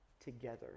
together